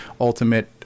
Ultimate